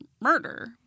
murder